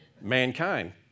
mankind